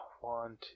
one